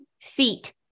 seat